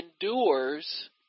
endures